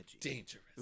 Dangerous